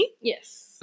Yes